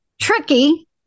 Tricky